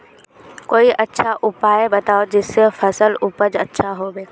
कोई अच्छा उपाय बताऊं जिससे फसल उपज अच्छा होबे